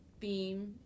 theme